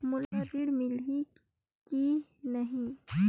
मोला ऋण मिलही की नहीं?